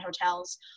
hotels